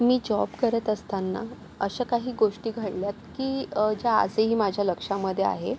मी job करत असताना अशा काही गोष्टी घडल्या की ज्या आजही माझ्या लक्षामध्ये आहे